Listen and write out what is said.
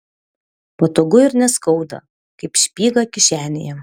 patogu ir neskauda kaip špyga kišenėje